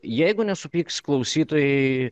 jeigu nesupyks klausytojai